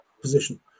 position